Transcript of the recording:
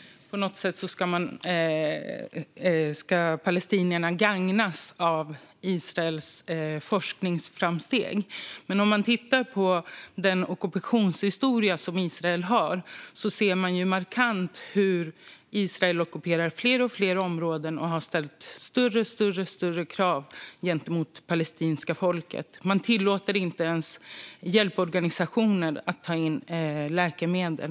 Du verkar mena att palestinierna kommer att gagnas av Israels forskningsframsteg. Men Israels ockupationshistoria visar hur Israel har ockuperat fler och fler områden och infört allt fler begränsningar för det palestinska folket. Man tillåter inte ens hjälporganisationer att ta in läkemedel.